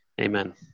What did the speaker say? Amen